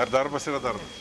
ar darbas yra darbas